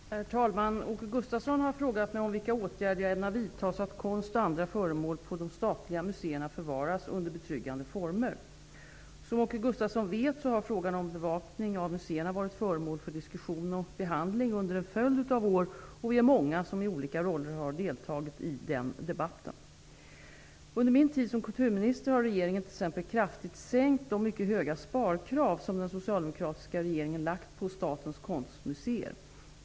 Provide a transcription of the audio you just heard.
Herr talman! Åke Gustavsson har frågat mig om vilka åtgärder jag ämnar vidta så att konst och andra föremål på de statliga museerna förvaras under betryggande former. Som Åke Gustavsson vet har frågan om bevakning av museerna varit föremål för diskussion och behandling under en följd av år, och vi är många som i olika roller har deltagit i den debatten. Under min tid som kulturminister har regeringen t.ex. kraftigt sänkt de mycket höga sparkrav som den socialdemokratiska regeringen lagt på Statens konstmuseer.